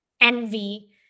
envy